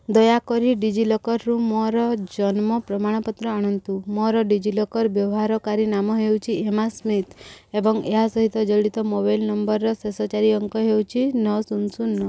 ଦୟାକରି D G ଲକରରୁ ମୋର ଜନ୍ମ ପ୍ରମାଣପତ୍ର ଆଣନ୍ତୁ ମୋର ଡି ଜି ଲକର୍ ବ୍ୟବହାରକାରୀ ନାମ ହେଉଛି ଏମ୍ ସ୍ମିଥ୍ ଏବଂ ଏହା ସହିତ ଜଡ଼ିତ ମୋବାଇଲ୍ ନମ୍ବର୍ର ଶେଷ ଚାରି ଅଙ୍କ ହେଉଛି ନଅ ଶୂନ ଶୂନ ନଅ